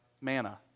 manna